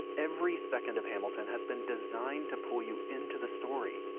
every second of hamilton has been designed to pull you into the story,